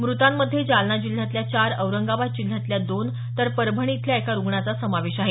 मृतामध्ये जालना जिल्ह्यातल्या चार औरंगाबाद जिल्ह्यातल्या दोन तर परभणी इथल्या एका रुग्णाचा समावेश आहे